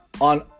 on